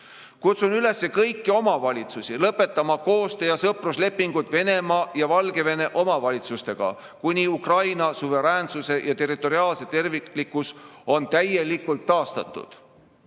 Kutsun üles kõiki omavalitsusi lõpetama koostöö‑ ja sõpruslepingut Venemaa ja Valgevene omavalitsustega kuni Ukraina suveräänsus ja territoriaalne terviklikkus on täielikult taastatud.